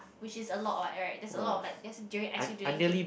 which is a lot what right there's a lot of like there's durian icy durian cake